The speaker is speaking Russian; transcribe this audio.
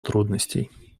трудностей